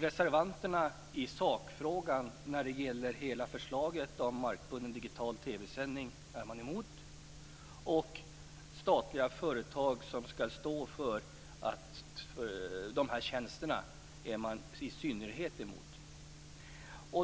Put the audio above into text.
Reservanterna är i sakfrågan emot hela förslaget till markbunden digital TV sändning, och de är i synnerhet emot statliga företag som ska stå för tjänsterna.